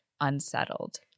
unsettled